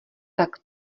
tak